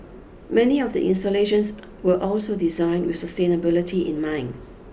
many of the installations were also designed with sustainability in mind